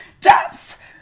Drops